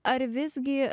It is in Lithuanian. ar visgi